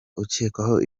ukekwaho